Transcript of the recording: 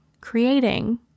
creating